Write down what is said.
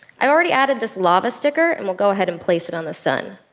i've already added this lava sticker, and we'll go ahead and place it on the sun.